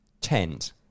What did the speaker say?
tens